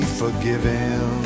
forgiven